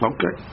Okay